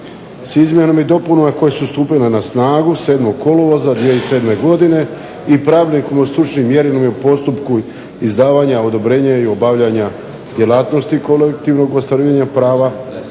S izmjenama i dopunama koje su stupile na snagu 7. kolovoza 2007. godine i pravilnikom i stručnim mjerilima u postupku izdavanja, odobrenja i obavljanja djelatnosti kolektivnog ostvarivanja prava